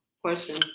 Question